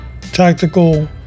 tactical